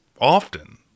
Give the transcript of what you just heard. often